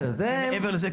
מעבר לזה,